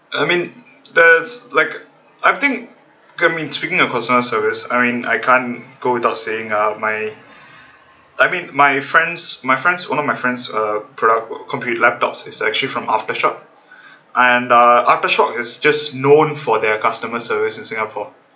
I mean there's like I think okay speaking of customer service I mean I can't go without saying uh my I mean my friends my friends one of my friends uh compute laptops is actually from aftershock and uh aftershock is just known for their customer service in singapore